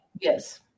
Yes